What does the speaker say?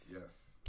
yes